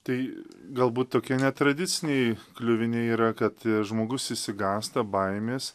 tai galbūt tokie netradiciniai kliuviniai yra kad žmogus išsigąsta baimės